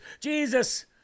Jesus